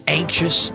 anxious